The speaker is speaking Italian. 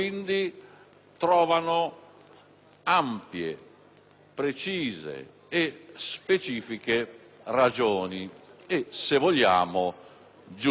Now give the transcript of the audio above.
ampie, precise e specifiche ragioni e, se vogliamo, giustificazioni.